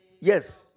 Yes